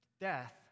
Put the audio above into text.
death